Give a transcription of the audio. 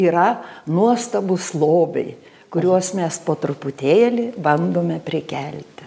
yra nuostabūs lobiai kuriuos mes po truputėlį bandome prikelti